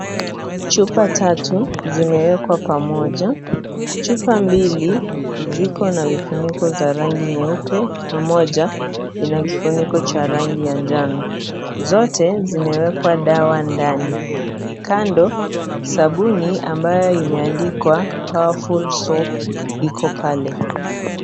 Chupa tatu zimewekwa pamoja, chupa mbili ziko na vifuniko za rangi nyeupe na moja inakifuniko cha rangi ya jano, zote zimewekwa dawa ndani, kando sabuni ambayo imeandikwa powerful soap iko pale.